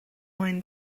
mwy